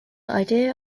idea